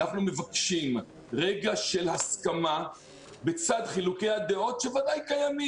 אנחנו מבקשים רגע של הסכמה בצד חילוקי הדעות שוודאי קיימים,